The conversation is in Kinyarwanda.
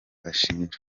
ashinjwa